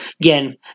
Again